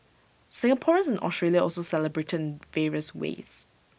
Singaporeans in Australia also celebrated in various ways